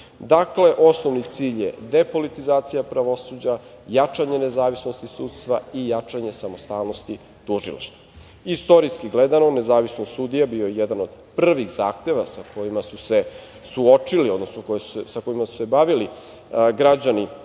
EU.Dakle, osnovni cilj je depolitizacija pravosuđa, jačanje nezavisnosti sudstva i jačanje samostalnosti tužilaštva. Istorijski gledano nezavisnost sudija bio je jedan od prvih zahteva sa kojima su se suočili, odnosno sa kojima su se bavili građani